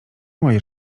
moje